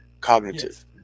cognitive